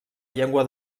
llengua